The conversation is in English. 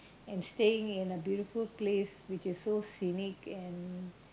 and staying in a beautiful place which is so scenic and